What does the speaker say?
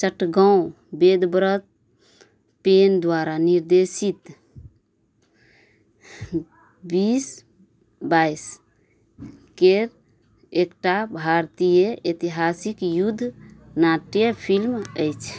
चटगाँव वेदब्रत सेन द्वारा निर्देशित बीस बाइस केर एकटा भारतीय एतिहासिक युद्ध नाट्य फिल्म अछि